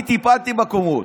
אני טיפלתי בקומות.